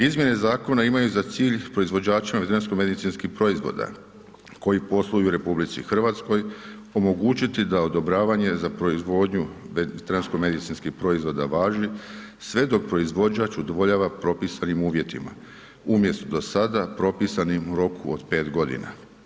Izmjene zakona imaju za cilj proizvođačima veterinarsko-medicinskih proizvoda koji posluju u RH omogućiti da odobravanje za proizvodnju veterinarsko-medicinskih proizvoda važi sve dok proizvođač udovoljava propisanim uvjetima, umjesto do sada propisanim u roku od 5 godina.